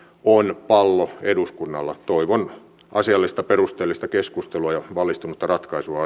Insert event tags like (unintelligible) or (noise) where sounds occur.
on pallo eduskunnalla toivon asiallista perusteellista keskustelua ja valistunutta ratkaisua (unintelligible)